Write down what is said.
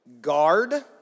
Guard